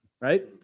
right